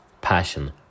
passion